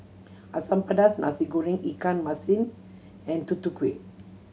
Asam Pedas Nasi Goreng ikan masin and Tutu Kueh